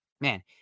man